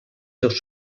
seus